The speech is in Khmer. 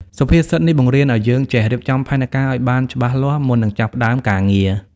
សុភាសិតនេះបង្រៀនឱ្យយើងចេះរៀបចំផែនការឱ្យបានច្បាស់លាស់ មុននឹងចាប់ផ្ដើមការងារ។